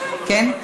כן?